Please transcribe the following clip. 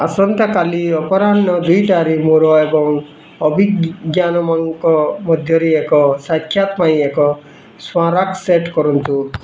ଆସନ୍ତାକାଲି ଅପରାହ୍ନ ଦୁଇଟାରେ ମୋର ଏବଂ ଅଭିଜ୍ଞାନମଙ୍କ ମଧ୍ୟରେ ଏକ ସାକ୍ଷାତ ପାଇଁ ଏକ ସ୍ମାରକ ସେଟ୍ କରନ୍ତୁ